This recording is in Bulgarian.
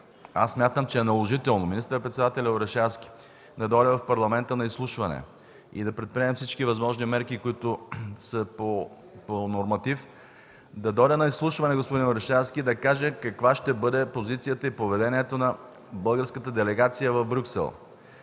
аз смятам, че е наложително министър-председателят Орешарски да дойде в Парламента на изслушване и да предприемем всички възможни мерки, които са по норматив. Да дойде на изслушване господин Орешарски и да каже каква ще бъде позицията и поведението на българската делегация в Брюксел.